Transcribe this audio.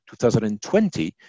2020